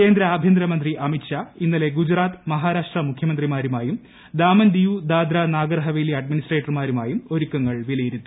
കേന്ദ്ര ആഭൃന്തര മന്ത്രി അമിത് ഷാ ഇന്നലെ ഗുജറാത്ത് മഹാരാഷ്ട്ര മുഖ്യമന്ത്രിമാരുമായും ദാമൻ ദിയു ദാദ്ര നഗർ ഹവേലി അഡ്മിനിസ്ട്രേറ്റർമാരുമായും ഒരുക്കങ്ങൾ വിലയിരുയിരുത്തി